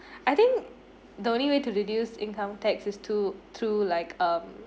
I think the only way to reduce income tax is to through like um